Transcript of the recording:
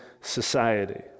society